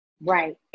Right